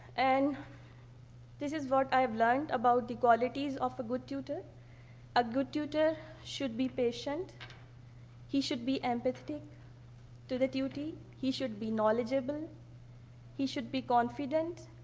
and this is what i've learned about the qualities of a good tutor a good tutor should be patient he should be empathetic to the tutee he should be knowledgable he should be confident